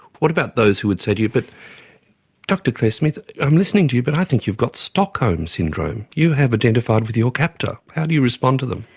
what about those who would say to you, but dr claire smith, i'm listening to you, but i think you've got stockholm syndrome. you have identified with your captor. how do you respond to them?